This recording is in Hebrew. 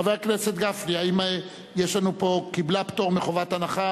חבר הכנסת גפני, האם קיבלה פטור מחובת הנחה?